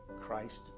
Christ